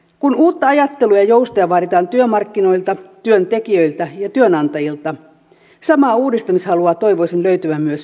kun uutta ajattelua ja joustoja vaaditaan työmarkkinoilta työntekijöiltä ja työnantajilta samaa uudistamishalua toivoisin löytyvän myös ministeriöistä